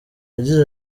yagize